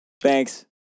Thanks